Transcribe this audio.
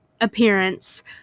appearance